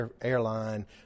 airline